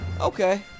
Okay